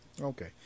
Okay